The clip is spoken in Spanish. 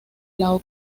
lao